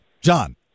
John